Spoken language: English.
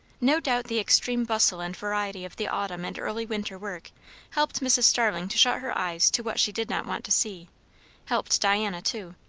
no doubt the extreme bustle and variety of the autumn and early winter work helped mrs. starling to shut her eyes to what she did not want to see helped diana too.